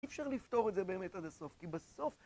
אי אפשר לפתור את זה באמת עד הסוף, כי בסוף